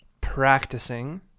practicing